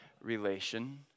relation